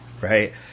right